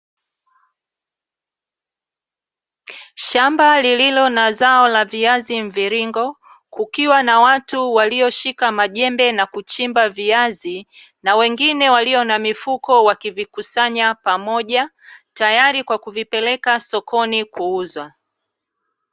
Shamba lililo na zao la viazi mviringo kukiwa na watu walioshika majembe na kuchimba viazi na wengine walio na mifuko wakivikusanya pamoja tayari kwa kuvipeleka sokoni kuuzwa .